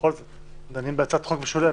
בכל זאת, דנים בהצעת חוק משולבת.